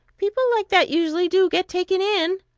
people like that usually do get taken in.